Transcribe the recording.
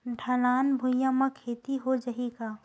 ढलान भुइयां म खेती हो जाही का?